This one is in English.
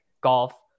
Golf